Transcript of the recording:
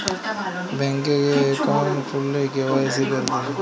bank এ গিয়ে account খুললে কে.ওয়াই.সি ক্যরতে হ্যয়